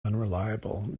unreliable